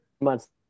months